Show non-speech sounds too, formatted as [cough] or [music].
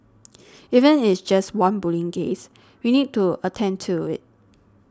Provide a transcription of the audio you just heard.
[noise] even it's just one bullying case we need to attend to it